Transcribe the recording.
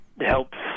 helps